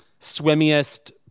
swimmiest